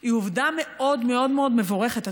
היא עובדה מאוד מאוד מאוד מבורכת.